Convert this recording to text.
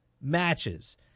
matches